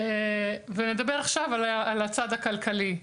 הצד הכלכלי.